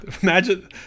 Imagine